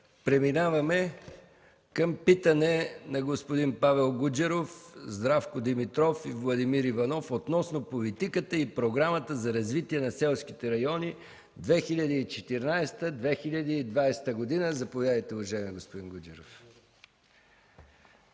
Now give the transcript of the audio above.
Преминаваме към питане на господин Павел Гуджеров, Здравко Димитров и Владимир Иванов относно политиката и Програмата за развитие на селските райони 2014-2020 г. Заповядайте, господин Гуджеров.